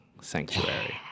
sanctuary